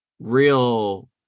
real